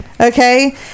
okay